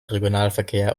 regionalverkehr